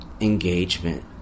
engagement